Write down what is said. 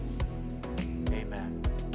Amen